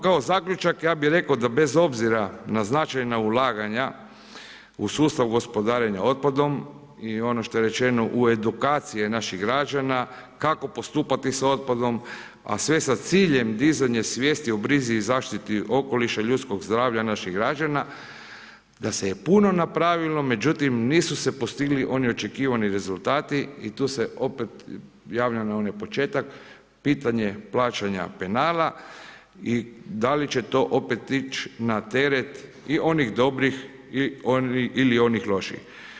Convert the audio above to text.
Kao zaključak, ja bi rekao, da bez obzira na značajna ulaganja u sustav gospodarenja otpadom, i ono što je rečeno u edukacije naših građana, kako postupati sa otpadom, a sve s ciljem dizanjem svjesni o brizi i zaštiti okoliša, ljudskog zdravlja naših građana, da se je puno napravilo, međutim, nisu se postigli oni očekivani rezultati i tu se opet javljam na onaj početak pitanje plaćanja penala i da li će to opet ići na teret i onih dobrih ili onih loših.